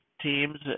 teams